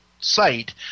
site